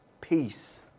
peace